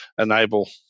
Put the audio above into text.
enable